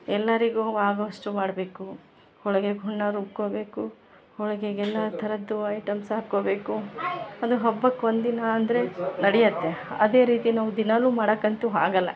ಎಲ್ಲರಿಗೂ ಆಗೊವಷ್ಟು ಮಾಡಬೇಕು ಹೋಳ್ಗೇಗೆ ಹುರ್ಣ ರುಬ್ಕೋಬೇಕು ಹೋಳ್ಗೇಗೆ ಎಲ್ಲ ಥರದ್ದು ಐಟಮ್ಸ್ ಹಾಕ್ಕೊಬೇಕು ಒಂದು ಹಬ್ಬಕ್ಕೆ ಒಂದಿನ ಅಂದರೆ ನಡೆಯತ್ತೆ ಅದೇ ರೀತಿ ನಾವು ದಿನಾಲು ಮಾಡೊಕ್ ಅಂತು ಆಗಲ್ಲ